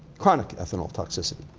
chronic ethanol toxicity.